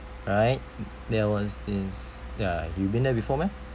right there was this ya you been there before meh